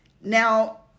now